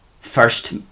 first